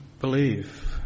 believe